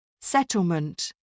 settlement